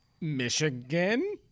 Michigan